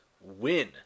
win